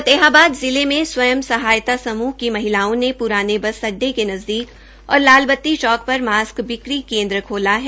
फतेहाबाद जिले में स्वयं सहायता समृह की महिलाओं ने प्राने बस अड्डे के नज़दीक और लाल बती चौक पर मास्क बिक्री केन्द्र खोला है